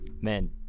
man